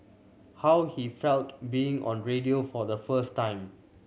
how he felt being on radio for the first time